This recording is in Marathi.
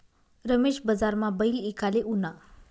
रमेश बजारमा बैल ईकाले ऊना